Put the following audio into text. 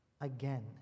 again